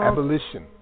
Abolition